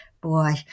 Boy